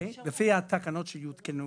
לפי התקנות שיותקנו,